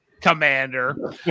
Commander